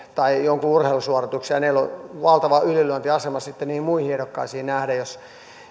tai jonkun urheilusuorituksen heillä on sitten valtava ylilyöntiasema muihin ehdokkaisiin nähden jos